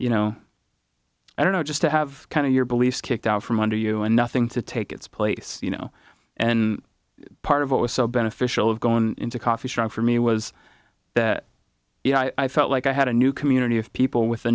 you know i don't know just to have kind of your beliefs kicked out from under you and nothing to take its place you know and part of what was so beneficial of gone into coffee shop for me was that you know i felt like i had a new community of people with a